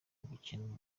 gukinira